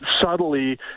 subtly